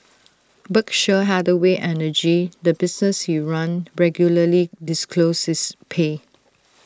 Berkshire Hathaway energy the business he ran regularly disclosed his pay